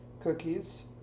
cookies